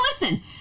listen